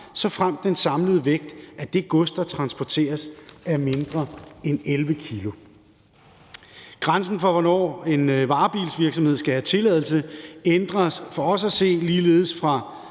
såfremt den samlede vægt af det gods, der transporteres, er mindre end 11 kg. Grænsen for, hvornår en varebilsvirksomhed skal have tilladelse, ændres for os at se ligeledes fra